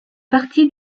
partie